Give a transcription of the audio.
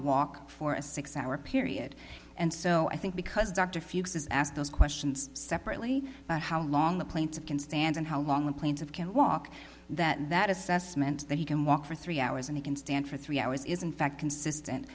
walk for a six hour period and so i think because dr fuchs is asked those questions separately how long the plant can stand and how long the planes of can walk that that assessment that he can walk for three hours and he can stand for three hours is in fact consistent